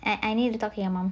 I I need to talk to your mum